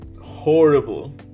horrible